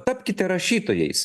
tapkite rašytojais